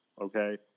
okay